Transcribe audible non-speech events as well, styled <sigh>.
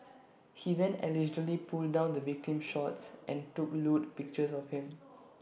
<noise> he then allegedly pulled down the victim's shorts and took lewd pictures of him